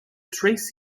trace